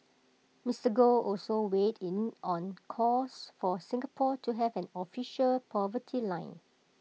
Mister Goh also weighed in on calls for Singapore to have an official poverty line